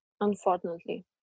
unfortunately